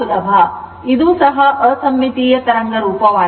ಇದು ಸಹ ಅಸಮ್ಮಿತೀಯ ತರಂಗರೂಪವಾಗಿದೆ